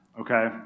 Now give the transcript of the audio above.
okay